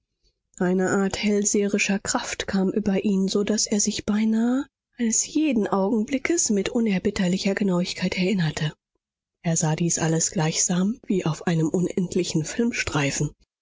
eine art hellseherische kraft kam über ihn so daß er sich beinahe eines jeden augenblickes mit unerbittlicher genauigkeit erinnerte er sah dies alles gleichsam wie auf einem unendlichen